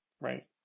right